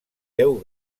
deu